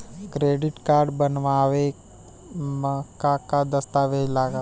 Credit card बनवावे म का का दस्तावेज लगा ता?